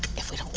if we don't